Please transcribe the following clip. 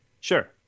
Sure